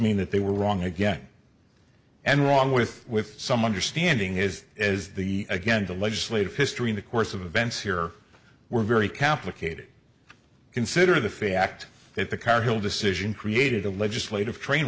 mean that they were wrong again and wrong with with some wonder standing his is the again the legislative history in the course of events here were very complicated consider the fact that the cargill decision created a legislative train